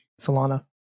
Solana